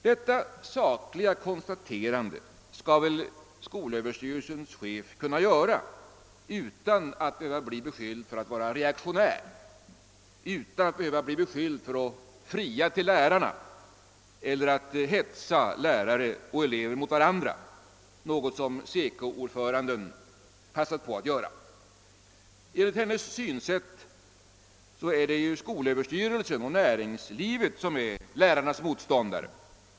Detta sakliga konstaterande bör väl skolöverstyrelsens chef kunna göra utan att behöva bli beskylld för att vara reaktionär och utan att behöva bli beskylld för att fria till lärarna eller att hetsa lärare och elever mot varandra — något som SECO-ordföranden passar på att göra. Enligt hennes synsätt är det skolöverstyrelsen och näringslivet som är lärarnas motståndare.